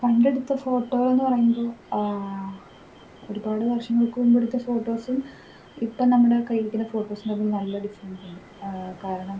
എൻ്റെ അടുത്ത് ഫോട്ടോകളെന്ന് പറയുമ്പോൾ ഒരുപാട് വർഷങ്ങൾക്ക് മുമ്പെടുത്ത ഫോട്ടോസും ഇപ്പം നമ്മുടെ കയ്യിലിരിക്കുന്ന ഫോട്ടോസും തമ്മിൽ നല്ല ഡിഫറൻസുണ്ട് കാരണം